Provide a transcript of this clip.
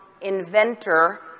inventor